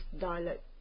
dialect